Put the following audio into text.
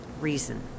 reason